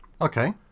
Okay